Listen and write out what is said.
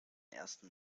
ersten